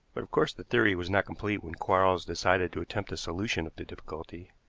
of course, the theory was not complete when quarles decided to attempt the solution of the difficulty.